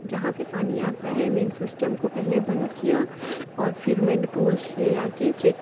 جہاں سے پانی آتا ہے مین سسٹم کو پہلے بند کیا اور پھر میں نے ٹولس لے آ کے چیک